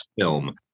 film